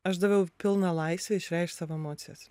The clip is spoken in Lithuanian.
aš daviau pilną laisvę išreikšt savo emocijas